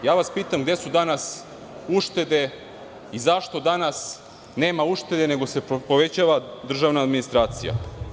Pitam vas gde su danas uštede i zašto danas nema uštede, nego se povećava državna administracija?